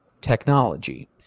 technology